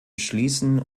schließen